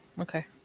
okay